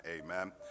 Amen